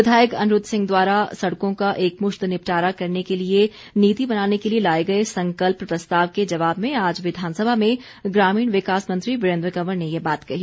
विधायक अनिरूद्व सिंह द्वारा सड़कों का एकमुश्त निपटारा करने के लिए नीति बनाने के लिए लाए गए संकल्प प्रस्ताव के जवाब में आज विधानसभा में ग्रामीण विकास मंत्री वीरेन्द्र कंवर ने ये बात कही